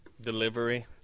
Delivery